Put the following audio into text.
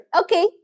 Okay